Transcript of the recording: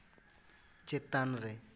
ᱪᱮᱛᱟᱱ ᱨᱮ